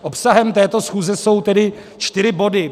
Obsahem této schůze jsou tedy čtyři body.